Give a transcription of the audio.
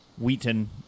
Wheaton